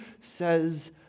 says